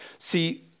See